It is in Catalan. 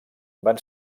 van